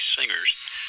singers